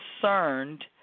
concerned